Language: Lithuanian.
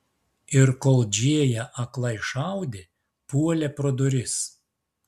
ir kol džėja aklai šaudė puolė pro duris